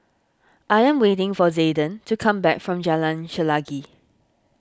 I am waiting for Zayden to come back from Jalan Chelagi